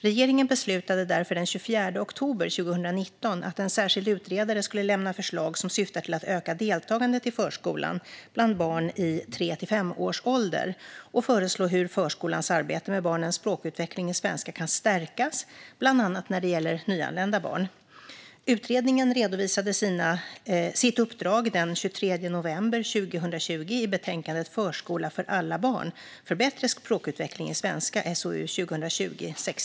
Regeringen beslutade därför den 24 oktober 2019 att en särskild utredare skulle lämna förslag som syftar till att öka deltagandet i förskolan bland barn i tre till femårsåldern och föreslå hur förskolans arbete med barnens språkutveckling i svenska kan stärkas, bland annat när det gäller nyanlända barn. Utredningen redovisade sitt uppdrag den 23 november 2020 i betänkandet Förskola för alla barn - för bättre språkutveckling i svenska .